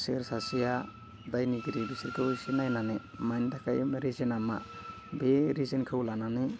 सोर सासेया दायनिगिरि बिसोरखौ एसे नायनानै मानि थाखाय रिजोना मा बे रिजोनखौ लानानै